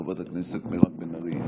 חברת הכנסת מירב בן ארי,